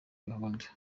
gahunda